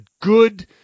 good